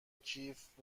کیف